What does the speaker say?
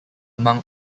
among